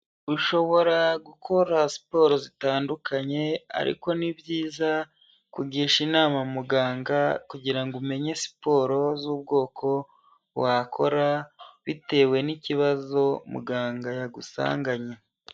Ushobora gukora siporo zitandukanye ariko ni byiza kugisha inama muganga kugirango umenye siporo z'ubwoko wakora bitewe n'ikibazo muganga yagusanganye.